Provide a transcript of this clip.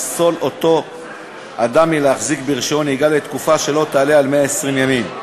לפסול אותו אדם מלהחזיק ברישיון נהיגה לתקופה שלא תעלה על 120 ימים.